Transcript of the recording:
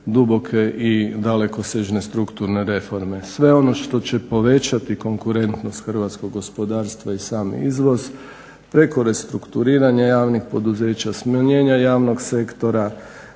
i dalekosežne strukturne reforme. Sve ono što će povećati konkurentnost hrvatskog gospodarstva i sam izvoz, preko restrukturiranja javnih poduzeća, smanjenja javnog sektora,